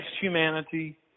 humanity